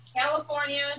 California